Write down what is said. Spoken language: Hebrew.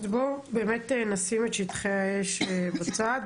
בוא באמת נשים את שטחי האש בצד,